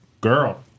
girl